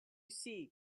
see